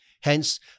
Hence